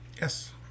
Yes